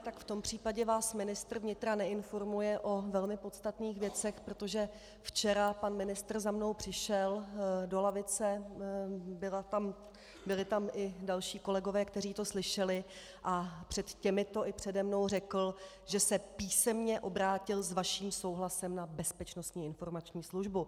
Tak v tom případě vás ministr vnitra neinformuje o velmi podstatných věcech, protože včera za mnou pan ministr přišel do lavice, byli tam i další kolegové, kteří to slyšeli, a před těmito i přede mnou řekl, že se písemně obrátil s vaším souhlasem na Bezpečnostní informační službu.